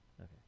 Okay